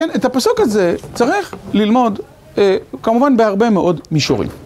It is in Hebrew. את הפסוק הזה צריך ללמוד כמובן בהרבה מאוד מישורים.